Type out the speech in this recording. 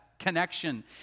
connection